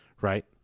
right